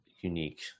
unique